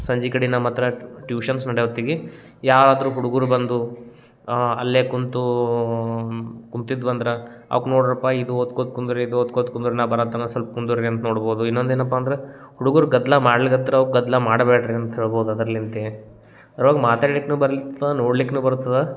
ಸಂಜಿಕಡಿ ನಮ್ಮ ಹತ್ರ ಟ್ಯೂಷನ್ಸ್ ನಡಿಯೊ ಒತ್ತಿಗೆ ಯಾರಾದರು ಹುಡ್ಗುರ ಬಂದು ಅಲ್ಲೆ ಕುಂತೂ ಕುಂತಿದ್ವಂದ್ರೆ ಅವ್ಕ ನೋಡ್ರಪ್ಪ ಇದು ಓದ್ಕೋತ ಕುಂದ್ರಿ ಇದು ಓದ್ಕೋತ ಕುಂದ್ರಿ ನಾ ಬರ ತನಕ ಸಲ್ಪ ಕುಂದರ್ರಿ ಅಂತ ನೋಡ್ಬೋದು ಇನ್ನೊಂದು ಏನಪ್ಪ ಅಂದ್ರ ಹುಡ್ಗುರು ಗದ್ದಲ ಮಾಡ್ಲಿಕತ್ರ ಅವ ಗದ್ದಲ ಮಾಡ್ಬ್ಯಾಡ್ರಿ ಅಂತ ಹೇಳ್ಬೋದು ಅದ್ರಲಿಂತೆ ಅದರಾಗು ಮಾತಾಡ್ಲಿಕ್ನು ಬರಲಿ ನೋಡ್ಲಿಕ್ನು ಬರುತ್ತದೆ